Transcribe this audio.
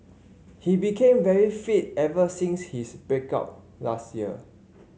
he became very fit ever since his break up last year